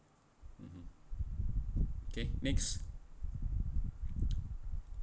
(uh huh) okay next